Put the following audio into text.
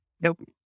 Nope